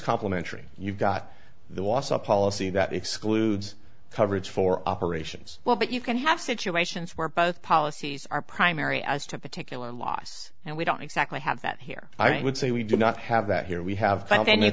complementary you got there was a policy that excludes coverage for operations well but you can have situations where both policies are primary as to particular loss and we don't exactly have that here i would say we do not have that here we have